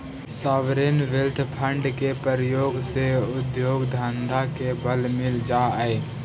sovereign wealth fund के प्रयोग से उद्योग धंधा के बल मिलऽ हई